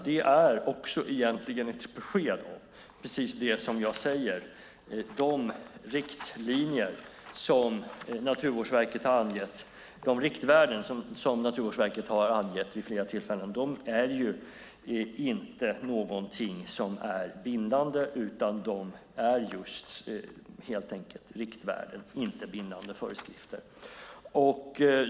Det är egentligen också ett besked om att de riktvärden som Naturvårdsverket har angett vid flera tillfällen inte är bindande. De är helt enkelt riktvärden och inte bindande föreskrifter.